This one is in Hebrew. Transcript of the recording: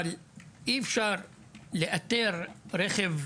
לא מצליחה לאתר רכב